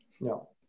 No